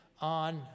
on